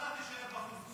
אבל מה שבטוח אתה תישאר בחוץ,